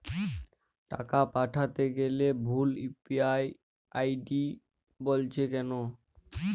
টাকা পাঠাতে গেলে ভুল ইউ.পি.আই আই.ডি বলছে কেনো?